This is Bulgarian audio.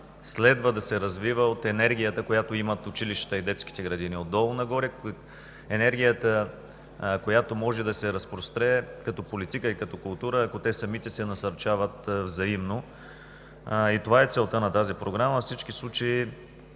следва да се развива от енергията, която имат училищата и детските градини отдолу нагоре. Енергията, която може да се разпростре като политика и като култура, ако те самите се насърчават взаимно. Това е целта на тази програма. Понеже бях